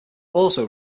also